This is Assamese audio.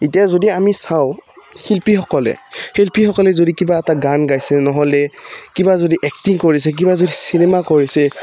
এতিয়া যদি আমি চাওঁ শিল্পীসকলে শিল্পীসকলে যদি কিবা এটা গান গাইছে নহ'লে কিবা যদি এক্টিং কৰিছে কিবা যদি চিনেমা কৰিছে